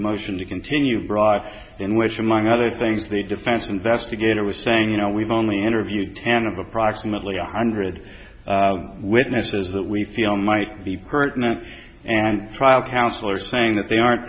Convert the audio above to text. motion to continue brought in which among other things the defense investigator was saying you know we've only interviewed ten of approximately one hundred witnesses that we feel might be pertinent and trial counsel are saying that they aren't